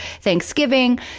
Thanksgiving